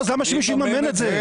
לא, אז למה שמישהו יממן את זה?